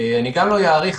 אני גם לא אאריך,